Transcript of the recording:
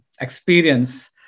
experience